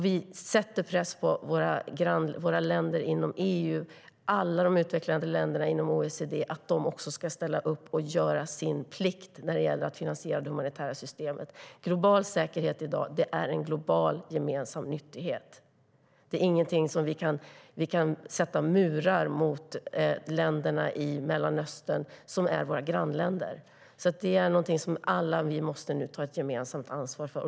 Vi sätter press på våra länder inom EU och alla de utvecklade länderna inom OECD att de ska ställa upp och göra sin plikt när det gäller att finansiera det humanitära systemet. Global säkerhet är i dag en global gemensam nyttighet. Vi kan inte sätta murar mot länderna i Mellanöstern, som är våra grannländer. Detta är alltså någonting som vi alla nu måste ta ett gemensamt ansvar för.